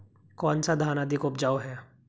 कौन सा धान अधिक उपजाऊ है?